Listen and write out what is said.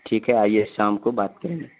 ٹھیک ہے آئیے شام کو بات کریں گے